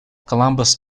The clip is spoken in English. columbus